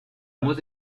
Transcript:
muss